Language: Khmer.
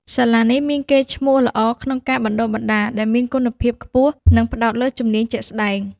សាលានេះមានកេរ្តិ៍ឈ្មោះល្អក្នុងការបណ្តុះបណ្តាលដែលមានគុណភាពខ្ពស់និងផ្តោតលើជំនាញជាក់ស្តែង។